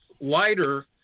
lighter